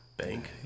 Bank